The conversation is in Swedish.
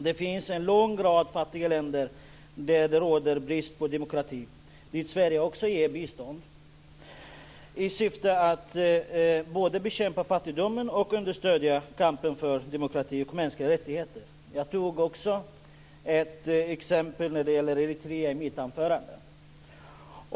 Det finns en lång rad fattiga länder där det råder brist på demokrati dit Sverige ger bistånd i syfte att både bekämpa fattigdomen och understödja kampen för demokrati och mänskliga rättigheter. Jag tog upp ett exempel med Eritrea i mitt anförande.